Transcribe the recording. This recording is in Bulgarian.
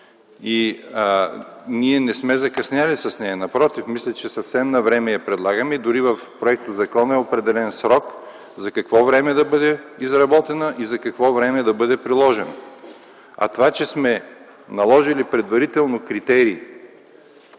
Ние не сме закъснели с нея. Напротив, мисля, че я предлагаме съвсем навреме. Дори в законопроекта е определен срок за какво време да бъде изработена и за какво време да бъде приложена. А това, че сме наложили предварително критерии